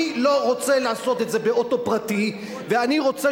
אני לא רוצה לעשות את זה באוטו פרטי ואני רוצה